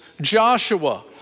Joshua